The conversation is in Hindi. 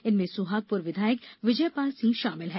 इनमें सोहागपुर विधायक विजयपाल सिंह शामिल हैं